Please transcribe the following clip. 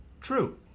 true